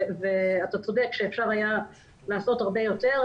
אתה צודק שאפשר היה לעשות הרבה יותר.